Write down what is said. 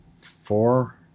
four